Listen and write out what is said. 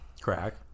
Crack